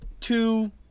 two